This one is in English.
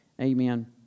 Amen